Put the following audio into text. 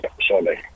surely